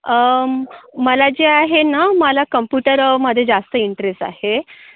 मला जे आहे ना मला कम्प्युटरमध्ये जास्त इंटरेस्ट आहे